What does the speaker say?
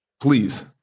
Please